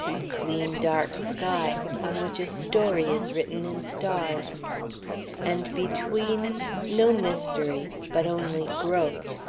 a clean dark sky on which a story is written in stars and between no mystery, but only growth.